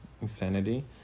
insanity